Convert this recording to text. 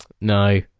no